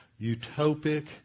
utopic